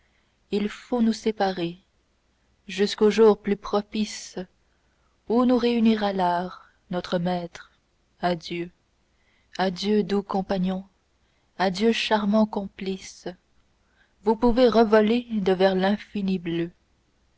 il faut nous séparer jusqu'aux jours plus propices ou nous réunira l'art notre maître adieu adieu doux compagnons adieu charmants complices vous pouvez revoler devers l'infini bleu